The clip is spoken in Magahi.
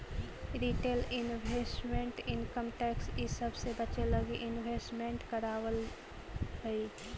रिटेल इन्वेस्टर इनकम टैक्स इ सब से बचे लगी भी इन्वेस्टमेंट करवावऽ हई